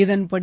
இதன்படி